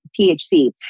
THC